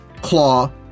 claw